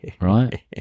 right